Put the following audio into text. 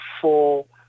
full